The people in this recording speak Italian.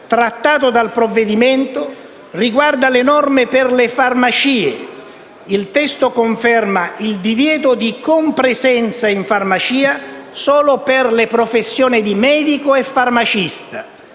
Il testo conferma il divieto di compresenza in farmacia solo per le professioni di medico e farmacista.